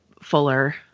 Fuller